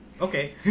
Okay